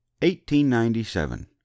1897